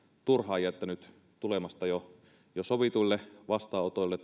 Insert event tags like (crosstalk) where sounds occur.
turhaan jättänyt tulematta jo jo sovituille vastaanotoille (unintelligible)